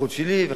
סמכות שלי וכדומה.